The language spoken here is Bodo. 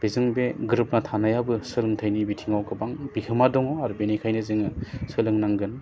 बेजों बे गोरोबना थानायाबो सोलोंथाइनि बिथिङाव गोबां बिहोमा दङ आरो बिनिखायनो जोङो सोलोंनांगोन